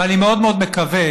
ואני מאוד מאוד מקווה,